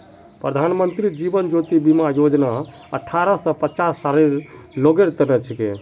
प्रधानमंत्री जीवन ज्योति बीमा योजना अठ्ठारह स पचास सालेर लोगेर तने छिके